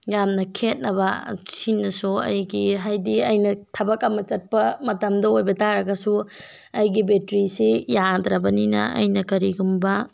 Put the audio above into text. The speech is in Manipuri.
ꯌꯥꯝꯅ ꯈꯦꯅꯕ ꯁꯤꯅꯁꯨ ꯑꯩꯒꯤ ꯍꯥꯏꯕꯗꯤ ꯑꯩꯅ ꯊꯕꯛ ꯑꯃ ꯆꯠꯄ ꯃꯇꯝꯗ ꯑꯣꯏꯕꯇꯥꯔꯒꯁꯨ ꯑꯩꯒꯤ ꯕꯦꯇ꯭ꯔꯤꯁꯤ ꯌꯥꯝꯗ꯭ꯔꯕꯅꯤꯅ ꯑꯩꯅ ꯀꯔꯤꯒꯨꯝꯕ